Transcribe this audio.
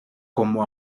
como